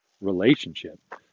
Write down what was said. relationship